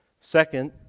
Second